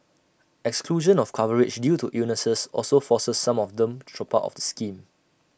exclusion of coverage due to illnesses also forces some of them to drop out of the scheme